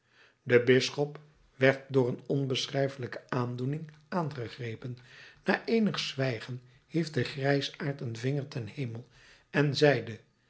de bisschop werd door een onbeschrijfelijke aandoening aangegrepen na eenig zwijgen hief de grijsaard een vinger ten hemel en zeide